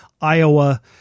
Iowa